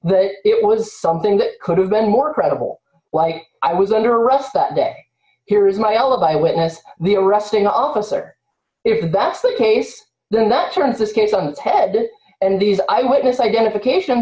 but it was something that could have been more credible why i was under arrest that day here's my alibi witness the arresting officer if that's the case then that turns this case on its head and these eyewitness identification